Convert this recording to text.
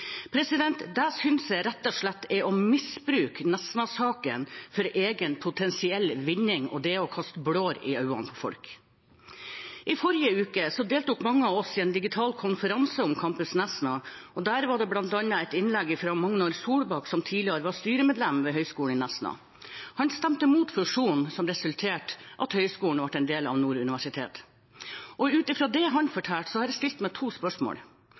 Det syns jeg rett og slett er å misbruke Nesna-saken for egen potensiell vinning, og det er å kaste blår i øynene på folk. I forrige uke deltok mange av oss i en digital konferanse om Campus Nesna. Der var det bl.a. et innlegg fra Magnar Solbakk, som tidligere var styremedlem ved Høgskolen i Nesna. Han stemte imot fusjonen som resulterte i at høyskolen ble en del av Nord universitet. Ut fra det han fortalte, har jeg stilt meg to spørsmål: